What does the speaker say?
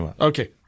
Okay